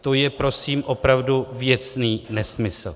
To je prosím opravdu věcný nesmysl.